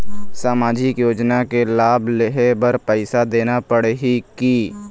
सामाजिक योजना के लाभ लेहे बर पैसा देना पड़ही की?